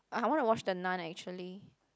I wanna watch the Nun actually